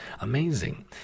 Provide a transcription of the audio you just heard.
amazing